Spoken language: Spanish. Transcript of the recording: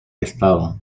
estado